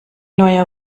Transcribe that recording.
neuer